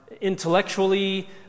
intellectually